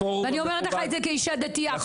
ואני אומרת לך את זה כאישה דתייה,